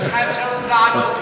יש לך אפשרות לענות.